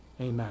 Amen